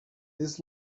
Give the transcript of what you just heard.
his